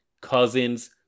Cousins